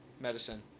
medicine